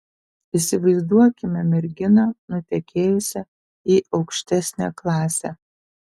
įsivaizduokime merginą nutekėjusią į aukštesnę klasę